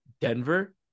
Denver